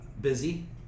busy